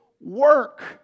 work